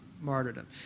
martyrdom